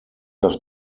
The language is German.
das